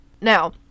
Now